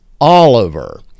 Oliver